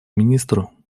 министру